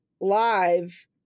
live